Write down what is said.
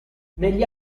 negli